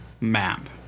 map